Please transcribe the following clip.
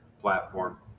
platform